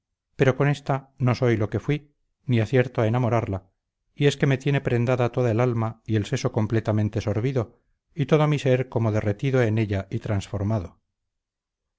pero con esta no soy lo que fuí ni acierto a enamorarla y es que me tiene prendada toda el alma y el seso completamente sorbido y todo mi ser como derretido en ella y transformado